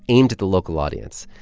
aimed at the local audience.